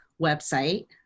website